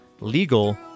legal